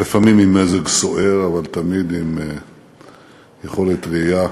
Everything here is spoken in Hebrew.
לפעמים עם מזג סוער, אבל תמיד עם יכולת ראייה